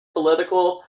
political